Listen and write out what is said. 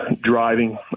driving